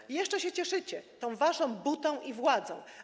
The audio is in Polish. I jeszcze się cieszycie tą waszą butą i władzą.